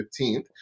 15th